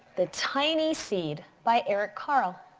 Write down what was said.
the tiny seed, by eric carle.